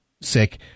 sick